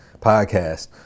podcast